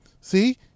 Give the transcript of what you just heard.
See